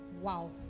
wow